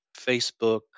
Facebook